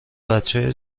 بچه